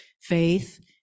faith